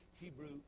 Hebrew